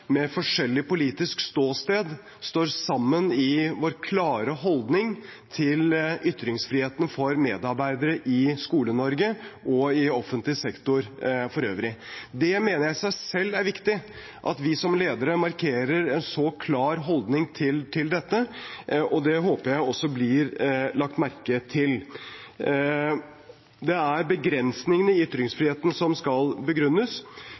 med forskjellig politisk ståsted står sammen i vår klare holdning til ytringsfriheten for medarbeidere i Skole-Norge og i offentlig sektor for øvrig. Jeg mener at det i seg selv er viktig at vi som ledere markerer en så klar holdning til dette, og det håper jeg også blir lagt merke til. Det er begrensningene i ytringsfriheten som skal begrunnes.